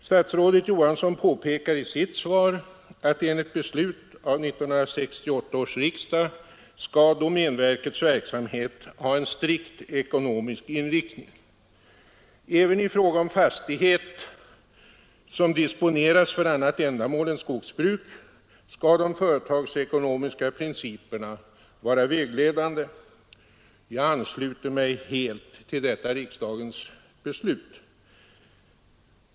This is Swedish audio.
Statsrådet Johansson påpekar i sitt svar att enligt beslut av 1968 års riksdag skall domänverkets verksamhet ha en strikt ekonomisk inriktning. Även i fråga om fastighet som disponeras för annat ändamål än skogsbruk skall de företagsekonomiska principerna vara vägledande. Jag ansluter mig helt till detta riksdagens beslut.